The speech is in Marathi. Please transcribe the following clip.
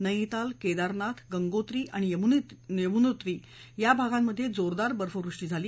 नैनिताल केदारनाथ गंगोत्री आणि यमुनोत्री या भागांमध्ये जोरदार बर्फवृष्टी झाली